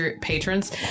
patrons